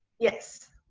yes.